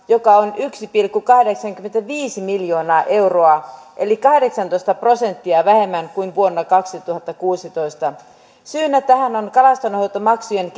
joka on yksi pilkku kahdeksankymmentäviisi miljoonaa euroa eli kahdeksantoista prosenttia vähemmän kuin vuonna kaksituhattakuusitoista syynä tähän on kalastonhoitomaksujen